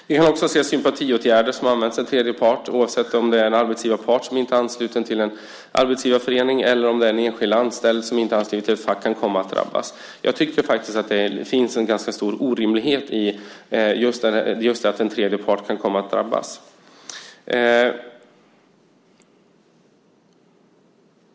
Vi kan också se att sympatiåtgärder används mot tredje part, oavsett om det är en arbetsgivarpart som inte är ansluten till en arbetsgivarförening eller om det är en enskild anställd som inte anslutit sig till facket. Jag tycker faktiskt att det finns en ganska stor orimlighet i just att en tredje part kan komma att drabbas.